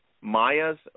Mayas